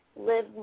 live